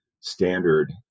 standard